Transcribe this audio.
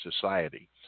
society